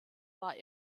war